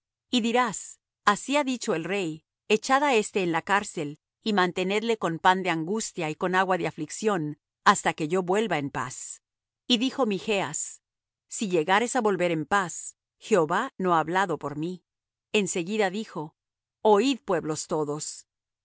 y dirás así ha dicho el rey echad á éste en la cárcel y mantenedle con pan de angustia y con agua de aflicción hasta que yo vuelva en paz y dijo michas si llegares á volver en paz jehová no ha hablado por mí en seguida dijo oid pueblos todos